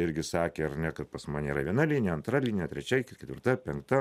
irgi sakė ar ne kad pas mane yra viena linija antra linija trečia ketvirta penkta